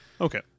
Okay